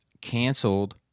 canceled